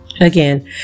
again